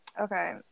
Okay